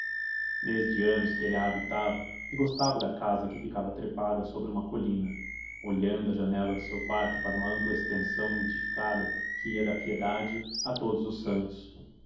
desde anos que ele a habitava e gostava da casa que ficava trepada sobre uma colina olhando da janela do seu quarto para uma ampla extensão edificada que ia da piedade a todos os santos